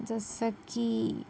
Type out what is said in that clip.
जसं की